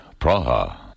Praha